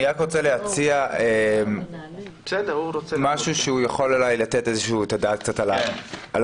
אני רק רוצה להציע משהו שיכול אולי לתת את הדעת קצת על השוני.